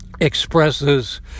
expresses